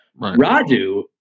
Radu